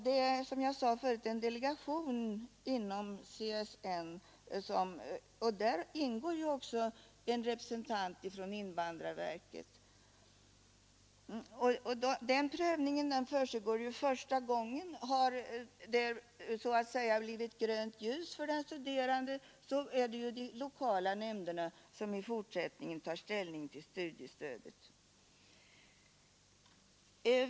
Den görs, som jag sade förut, av en delegation inom CSN där det också ingår en representant för invandrarverket. Men den prövningen sker bara första gången; har det så att säga blivit grönt ljus för den studerande är det de lokala nämnderna som i fortsättningen tar ställning till studiestödet.